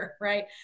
right